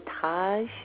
Taj